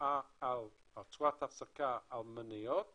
התשואה ממניות